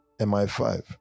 MI5